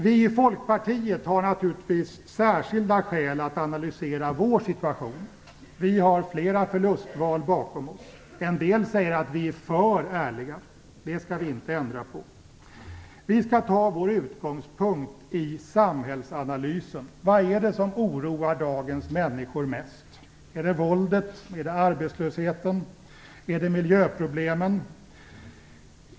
Vi i Folkpartiet har naturligtvis särskilda skäl att analysera vår situation. Vi har flera förlustval bakom oss. En del säger att vi är för ärliga. Det skall vi inte ändra på. Vi skall ta vår utgångspunkt i samhällsanalysen. Vad är det som oroar dagens människor mest? Är det våldet, arbetslösheten eller miljöproblemen?